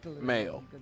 male